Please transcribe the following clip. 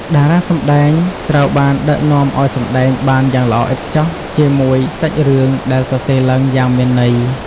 តារាសម្តែងត្រូវបានដឹកនាំឱ្យសម្ដែងបានយ៉ាងល្អឥតខ្ចោះជាមួយសាច់រឿងដែលសរសេរឡើងយ៉ាងមានន័យ។